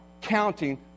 counting